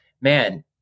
man